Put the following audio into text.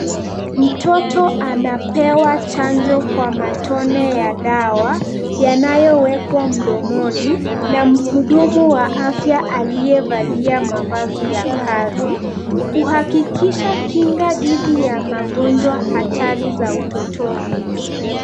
Mtoto anapewa chanjo kwa matone ya dawa yanayowekwa mdomoni na mhudumu wa afya aliyevalia mavazi ya kazi kuhakikisha kinga dhidi ya magonjwa hatari za utotoni.